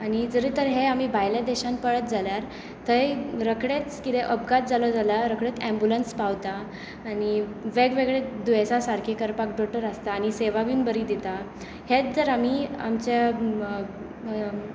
आनी जरी तर हें आमी भायल्या देशांत पळयत जाल्यार थंय रोकडेंच कितें अपघात जालो जाल्यार रोकडेंच एंबुलन्स पावता आनी वेगवेगळीं दुयेसां सारकी करपाक दोतोर आसता आनी सेवा बी बरी दिता हेंच जर आमी आमचें